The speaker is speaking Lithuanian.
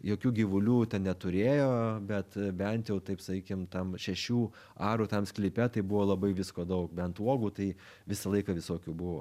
jokių gyvulių ten neturėjo bet bent jau taip sakykim tam šešių arų tam sklype tai buvo labai visko daug bent uogų tai visą laiką visokių buvo